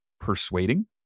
persuading